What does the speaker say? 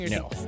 no